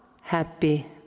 happy